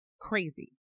crazy